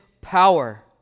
power